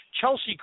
Chelsea